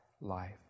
life